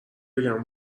بگم